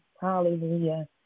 Hallelujah